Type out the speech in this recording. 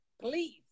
please